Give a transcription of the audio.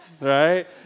right